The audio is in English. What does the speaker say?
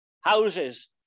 houses